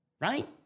right